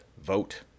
vote